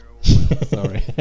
Sorry